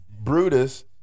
Brutus